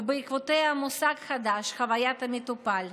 ובעקבותיה מושג חדש, "חוויית המטופל",